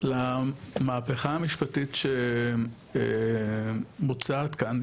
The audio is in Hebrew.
למהפכה המשפטית שמוצעת כאן,